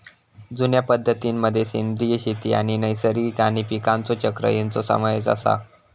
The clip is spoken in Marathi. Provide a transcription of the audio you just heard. जुन्या पद्धतीं मध्ये सेंद्रिय शेती आणि नैसर्गिक आणि पीकांचा चक्र ह्यांचो समावेश आसा